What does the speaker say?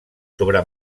sobre